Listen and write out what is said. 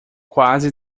quase